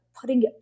putting